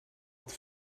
het